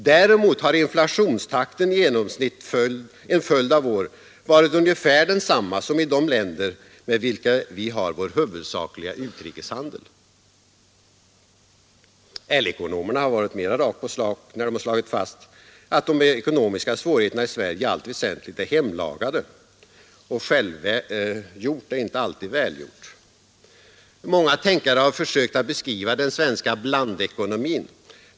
Däremot har inflationstakten i genomsnitt under en följd av år varit ungefär densamma som i de länder med vilka vi har vår huvudsakliga utrikeshandel.” LO-ekonomerna har mera rakt på sak slagit fast att de ekonomiska svårigheterna i Sverige i allt väsentligt är hemlagade. Och självgjort inte alltid välgjort. Många tänkare har försökt att beskriva den svenska blandekonomin.